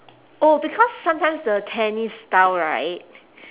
oh because sometimes the tennis style right